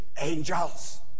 angels